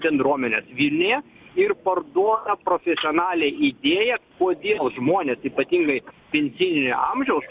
bendruomenes vilniuje ir parduoda profesionaliai idėją kodėl žmonės ypatingai pensijinio amžiaus